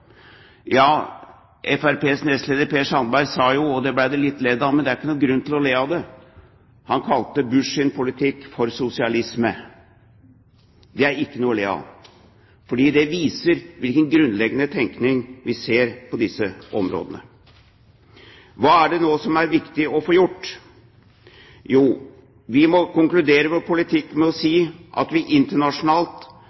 Ja, Fremskrittspartiets nestleder, Per Sandberg, kalte jo – og det ble det ledd litt av, men det er ikke noen grunn til å le – Bushs politikk for sosialisme. Det er ikke noe å le av, for det viser hvilken grunnleggende tenkning vi ser på disse områdene. Hva er det nå som er viktig å få gjort? Jo, vi må konkludere vår politikk med å